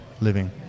living